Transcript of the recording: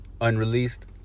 Unreleased